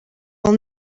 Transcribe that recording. will